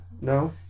No